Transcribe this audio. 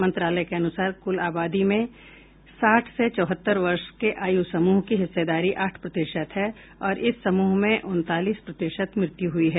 मंत्रालय के अनुसार कुल आबादी में साठ से चौहत्तर वर्ष के आयु समूह की हिस्सेदारी आठ प्रतिशत है और इस समूह में उनतालीस प्रतिशत मृत्यु हुई हैं